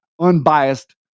unbiased